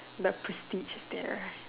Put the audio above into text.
the prestige there